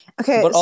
Okay